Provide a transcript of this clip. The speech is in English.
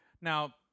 Now